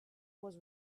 was